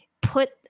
Put